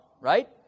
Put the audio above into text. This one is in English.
right